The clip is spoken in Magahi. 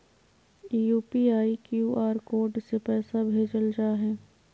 यू.पी.आई, क्यूआर कोड से पैसा भेजल जा हइ